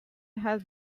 had